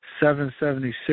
776